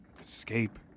escape